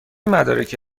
مدارکی